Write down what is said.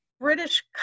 British